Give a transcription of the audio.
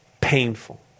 Painful